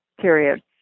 period